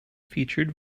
featured